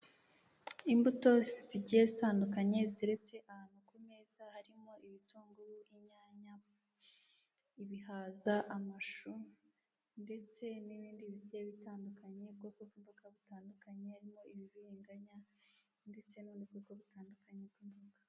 Imbuto zigiye zitandukanye ziteretse ahantu kumeza harimo ibitunguru, inyanya, ibihaza, amashu ndetse n'ibindi bigiye bitandukanye ubwoko bw'imboga butandukanye harimo ibibiringanya ndetse n'ubundi bwoko butandakanye bw'imboga.